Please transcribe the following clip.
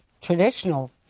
traditional